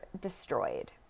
destroyed